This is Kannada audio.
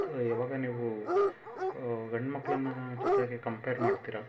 ಯಾವಾಗ ನೀವು ಗಂಡ್ಮಕ್ಳಿನ ಜೊತೆಗೆ ಕಂಪೇರ್ ಮಾಡ್ತೀರ